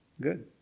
Good